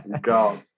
God